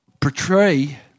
portray